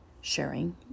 sharing